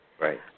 Right